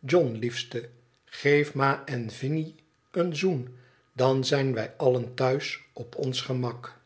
john liefste geef ma en vinie een zoen dan zijn wij allen thuis op ons gemak